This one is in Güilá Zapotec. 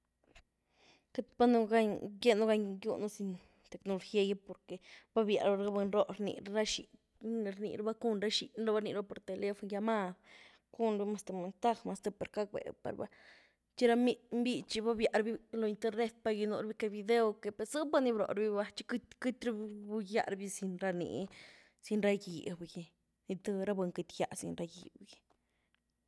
Queity pa nú gán gyenynú gan gywnú sin tecnología gy, porque ba bía loh ra buny roh rni ra xin-ny rní rabá cun ra’ xinny rabá por teléfono, por llamad, cun rába, mas th mensaj, mas per gack béh pa rabá, txí ra miny bítxy bá bía raví loh internet pagi ni nú rabi que video, que internet que, per zëpa ni bróh rabi va txi queity queity rabi gýah rabí sin ra nii, sin rá gýhb gy, nii tuby ra buny queity gýah sin ra gýhb gy.